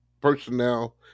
personnel